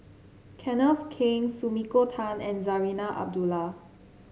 Kenneth Keng Sumiko Tan and Zarinah Abdullah